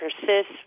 persist